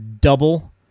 double